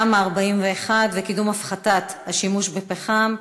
בנושא: תמ"א 41 וקידום הפחתת השימוש בפחם,